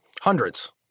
Hundreds